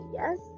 yes